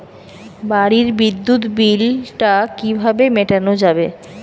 বাড়ির বিদ্যুৎ বিল টা কিভাবে মেটানো যাবে?